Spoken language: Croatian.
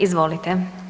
Izvolite.